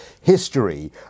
history